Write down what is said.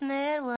Network